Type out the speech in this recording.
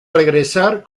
regresar